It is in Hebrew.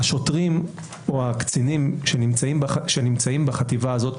שהשוטרים או הקצינים שנמצאים בחטיבה הזאת,